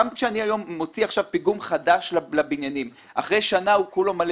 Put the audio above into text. גם כשהיום אני מוציא פיגום חדש לבניינים אחרי שנה הוא מלא